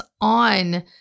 on